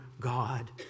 God